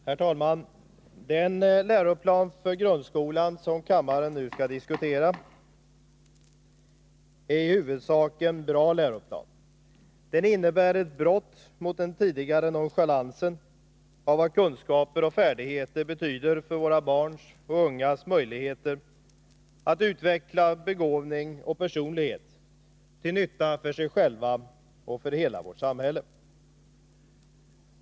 Herr talman! Den läroplan för grundskolan som kammaren nu skall diskutera är i huvudsak en bra läroplan. Den innebär ett brott mot den tidigare nonchalansen av vad kunskaper och färdigheter betyder för våra barns och våra ungas möjligheter att utveckla begåvning och personlighet till nytta för sig själva och för hela vårt samhälle.